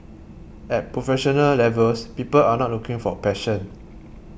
at professional levels people are not looking for passion